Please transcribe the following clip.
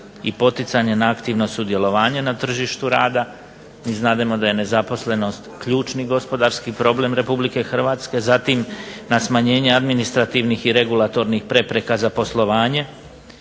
i poticanje na aktivno sudjelovanje na tržištu rada. Mi znademo da je nezaposlenost ključni gospodarski problem RH, zatim na smanjenje administrativnih i regulatornih prepreka za poslovanje,